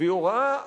והיא הוראה,